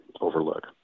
overlook